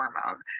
hormone